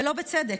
ולא בצדק,